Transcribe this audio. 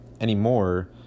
anymore